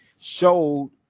showed